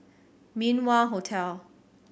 Min Wah Hotel